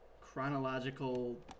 chronological